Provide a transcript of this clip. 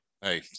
Hey